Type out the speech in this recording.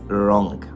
wrong